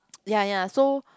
ya ya so